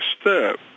step